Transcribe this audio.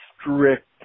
strict